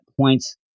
points